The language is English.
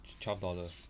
twelve dollars